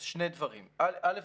שני דברים: א',